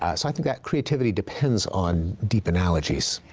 i think that creativity depends on deep analogies.